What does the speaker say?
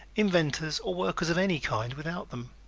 inventors or workers of any kind without them.